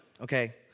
Okay